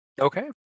Okay